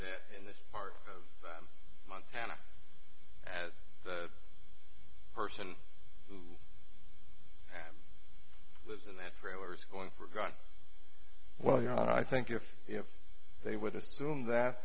that in this part of montana as the person that lives in that frailer is going for a gun well you know i think if if they would assume that